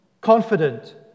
Confident